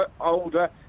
older